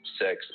sex